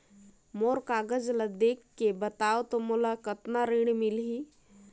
मोर कागज ला देखके बताव तो मोला कतना ऋण मिलही?